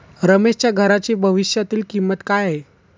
रमेशच्या घराची भविष्यातील किंमत काय आहे?